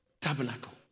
tabernacle